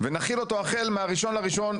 ונחיל אותו החל מה-1.1.24,